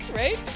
right